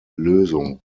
lösung